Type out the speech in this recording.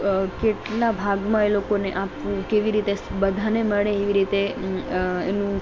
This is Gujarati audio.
તો અ કેટલા ભાગમાં એ લોકોને આપવું કેવી રીતે બધાને મળે એવી રીતે અ એનું